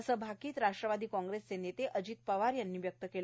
असं भाकीत राष्ट्रवादी काँग्रेसचे नेते अजित वार यांनी व्यक्त केलं